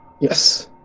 Yes